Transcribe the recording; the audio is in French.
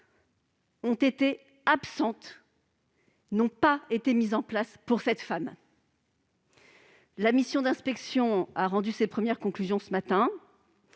conjugales n'a été mise en place pour cette femme. La mission d'inspection a rendu ses premières conclusions ce matin.